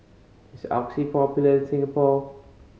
is Oxy popular in Singapore